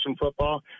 football